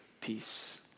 peace